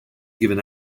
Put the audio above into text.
given